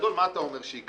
בגדול מה אתה אומר שיקרה?